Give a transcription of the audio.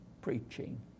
preaching